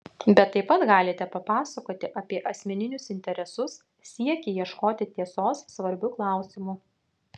bet taip pat galite papasakoti apie asmeninius interesus siekį ieškoti tiesos svarbiu klausimu